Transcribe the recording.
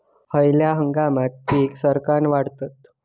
खयल्या हंगामात पीका सरक्कान वाढतत?